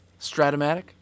Stratomatic